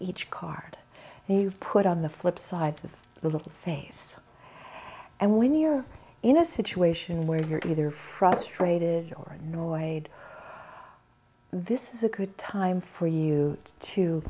each card and you put on the flip side of little face and when you're in a situation where you're either frustrated or annoyed this is a good time for you to